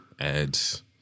ads